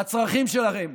הצרכים שלהן,